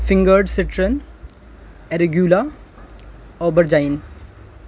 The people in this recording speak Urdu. finger stern arugula aubergine